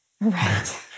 Right